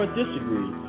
disagree